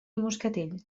moscatell